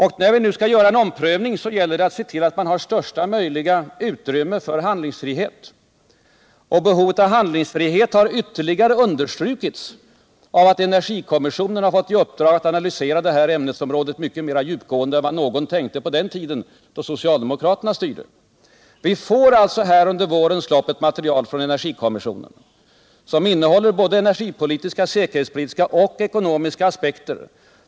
När vi nu skall göra en omprövning gäller det att se till att vi har största möjliga utrymme för handlingsfrihet. Och behovet av handlingsfrihet har ytterligare understrukits av att energikommissionen fått i uppdrag att analysera det här ämnesområdet mycket mer djupgående än vad någon tänkte var nödvändigt på den tiden socialdemokraterna styrde. Vi får under vårens lopp ett material från energikommissionen. Det innehåller energipolitiska, säkerhetspolitiska och ekonomiska aspekter.